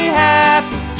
happy